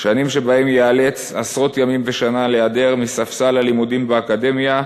שנים שבהן ייאלץ עשרות ימים בשנה להיעדר מספסל הלימודים באקדמיה,